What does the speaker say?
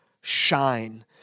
shine